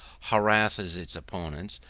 harasses its opponents,